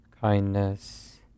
kindness